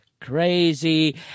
crazy